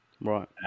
Right